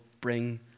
bring